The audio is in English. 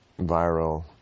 viral